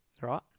right